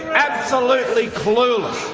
absolutely clueless,